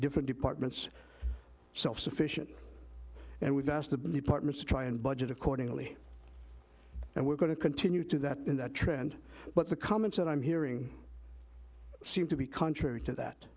different departments self sufficient and we've asked the departments to try and budget accordingly and we're going to continue to that in that trend but the comments that i'm hearing seem to be contrary to that